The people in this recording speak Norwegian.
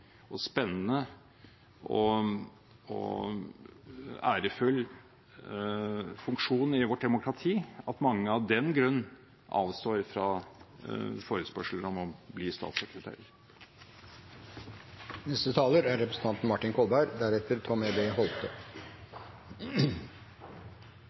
spennende og ærefull funksjon i vårt demokrati at mange av den grunn avstår fra forespørselen om å bli